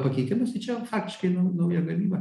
pakeitimas tai čia jau faktiškai nu nauja gamyba